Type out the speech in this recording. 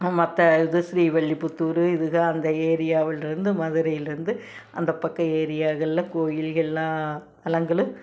மற்ற இது ஸ்ரீவில்லிபுத்தூர் இதுக அந்த ஏரியாவிலிருந்து மதுரையிலிருந்து அந்த பக்கம் ஏரியாகள்ல கோயில் எல்லாம் தலங்களும்